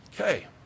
Okay